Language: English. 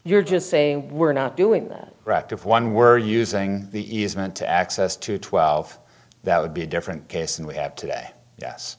you're just saying we're not doing that if one were using the easement to access to twelve that would be a different case than we have today yes